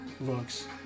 looks